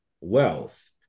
wealth